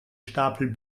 stapel